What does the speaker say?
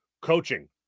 Coaching